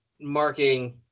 marking